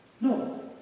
No